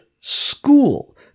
school